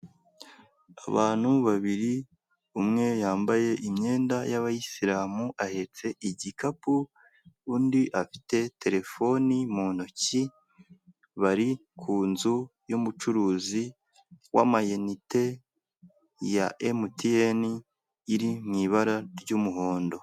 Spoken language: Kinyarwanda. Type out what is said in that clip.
Abantu babiri, umwe yambaye imyenda y'abayisilamu ahetse igikapu, undi afite telefoni mu ntoki, bari ku nzu y'umucuruzi w'amayinite ya emutiyeni, iri mu ibara ry'umuhondo.